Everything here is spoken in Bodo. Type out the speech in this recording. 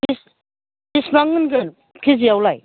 बेसेबां मोनगोन केजिआवलाय